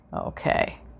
Okay